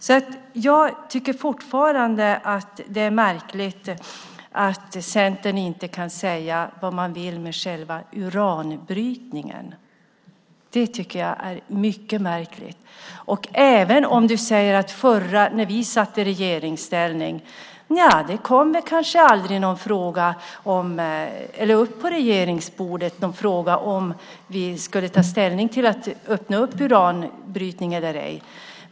Fortfarande tycker jag att det är märkligt att Centern inte kan säga vad man vill med själva uranbrytningen. Det är mycket märkligt. Du hänvisar till när vi var i regeringsställning. Nja, det kom väl aldrig på regeringens bord någon fråga om att ta ställning till att öppna för uranbrytning eller ej.